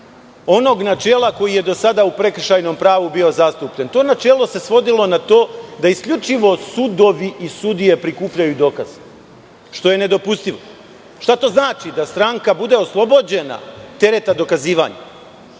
onog načela koji je do sada u prekršajnom pravu bio zastupljen. To načelo se svodilo na to da isključivo sudovi i sudije prikupljaju dokaze, što je nedopustivo. Šta to znači, da stranka bude oslobođena tereta dokazivanja?